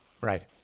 Right